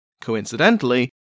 coincidentally